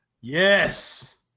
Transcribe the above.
Yes